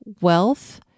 wealth